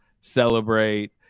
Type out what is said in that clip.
celebrate